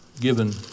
given